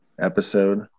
episode